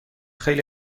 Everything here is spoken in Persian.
خیلی